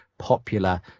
popular